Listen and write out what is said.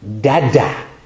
Dada